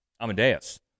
Amadeus